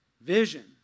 Vision